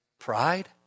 Pride